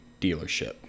dealership